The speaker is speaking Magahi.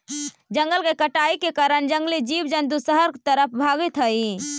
जंगल के कटाई के कारण जंगली जीव जंतु शहर तरफ भागित हइ